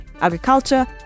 agriculture